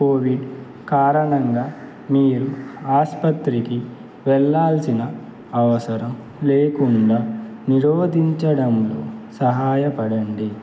Covid కారణంగా మీరు ఆసుపత్రికి వెళ్ళాల్సిన అవసరం లేకుండా నిరోధించడంలో సహాయపడండి